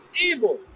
Evil